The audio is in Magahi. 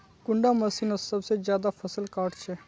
कुंडा मशीनोत सबसे ज्यादा फसल काट छै?